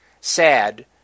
Sad